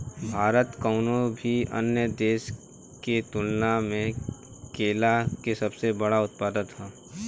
भारत कउनों भी अन्य देश के तुलना में केला के सबसे बड़ उत्पादक ह